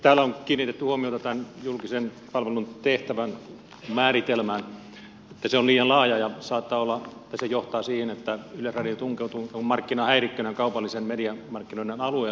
täällä on kiinnitetty huomiota tämän julkisen palvelun tehtävän määritelmään että se on liian laaja ja saattaa olla että se johtaa siihen että yleisradio tunkeutuu markkinahäirikkönä kaupallisen median markkinoiden alueelle